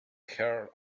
her